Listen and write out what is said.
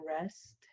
rest